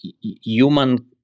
human